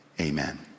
Amen